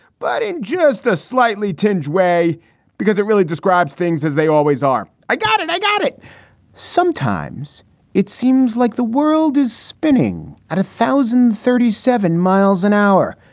but in just a slightly tinge way because it really describes things as they always are. i got it. i got it sometimes it seems like the world is spinning at a thousand thirty seven miles an hour.